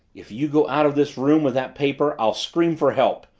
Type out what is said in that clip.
if you go out of this room with that paper i'll scream for help!